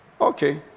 okay